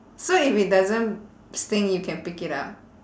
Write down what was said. so if it doesn't sting you can pick it up